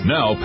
Now